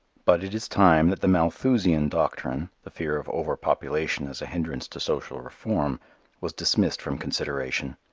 but it is time that the malthusian doctrine the fear of over-population as a hindrance to social reform was dismissed from consideration.